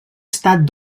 estat